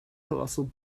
colossal